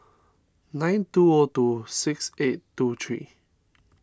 nine two O two six eight two three